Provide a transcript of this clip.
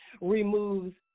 removes